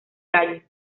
calles